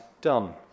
done